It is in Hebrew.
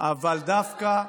אבל דווקא,